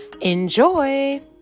enjoy